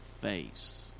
face